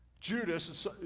Judas